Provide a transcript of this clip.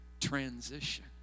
transition